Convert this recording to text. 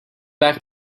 back